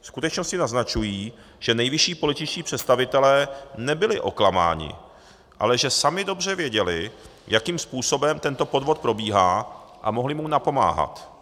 Skutečnosti naznačují, že nejvyšší političtí představitelé nebyli oklamáni, ale že sami dobře věděli, jakým způsobem tento podvod probíhá, a mohli mu napomáhat.